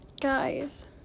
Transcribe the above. Guys